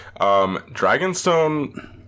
Dragonstone